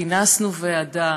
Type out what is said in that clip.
כינסנו ועדה,